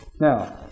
Now